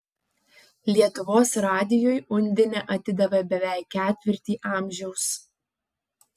lietuvos radijui undinė atidavė beveik ketvirtį amžiaus